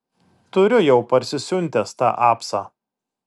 turiu jau parsisiuntęs tą apsą